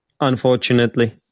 Unfortunately